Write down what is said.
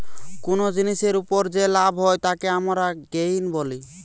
কুনো জিনিসের উপর যে লাভ হয় তাকে আমরা গেইন বলি